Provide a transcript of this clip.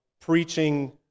preaching